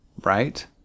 right